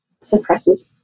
suppresses